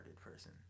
person